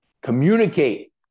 Communicate